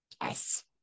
yes